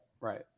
Right